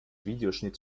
videoschnitt